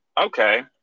Okay